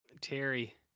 Terry